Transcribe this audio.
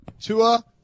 Tua